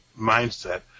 mindset